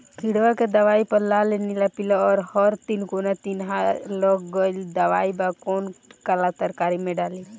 किड़वा के दवाईया प लाल नीला पीला और हर तिकोना चिनहा लगल दवाई बा कौन काला तरकारी मैं डाली?